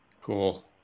Cool